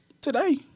Today